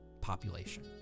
population